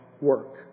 work